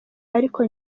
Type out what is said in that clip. ariko